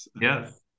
yes